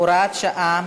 הוראת שעה),